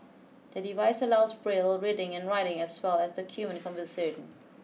the device allows Braille reading and writing as well as document conversion